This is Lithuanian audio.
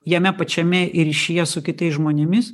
jame pačiame ir ryšyje su kitais žmonėmis